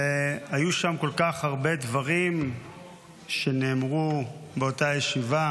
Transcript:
והיו שם כל כך הרבה דברים שנאמרו באותה ישיבה.